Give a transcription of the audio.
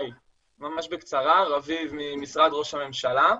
ממש בקצרה, רביב ממשרד ראש הממשלה.